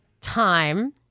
time